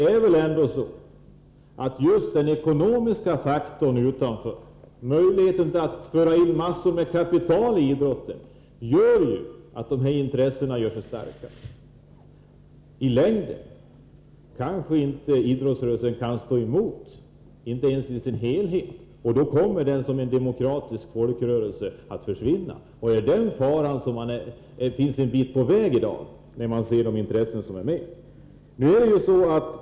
Men just den ekonomiska faktorn utanför idrotten och dess möjligheter att föra in massor med kapital i idrotten gör ju att de kommersiella intressena blir mycket starka. I längden kanske inte ens idrottsrörelsen i sin helhet kan stå emot, och då kommer den att försvinna som en demokratisk folkrörelse. Det är den faran man ser komma allt närmare när man noterar vilka intressen det är som finns med i bilden.